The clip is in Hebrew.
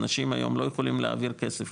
האנשים היום לא יכולים להעביר כסף,